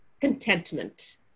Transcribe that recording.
contentment